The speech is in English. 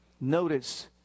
Notice